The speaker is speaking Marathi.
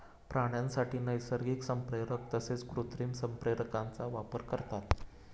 प्राण्यांसाठी नैसर्गिक संप्रेरक तसेच कृत्रिम संप्रेरकांचा वापर करतात